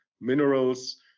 minerals